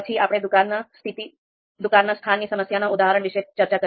પછી આપણે દુકાનના સ્થાનની સમસ્યાના ઉદાહરણ વિશે ચર્ચા કરી